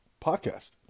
podcast